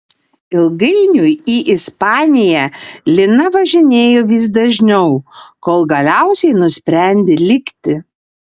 ilgainiui į ispaniją lina važinėjo vis dažniau kol galiausiai nusprendė likti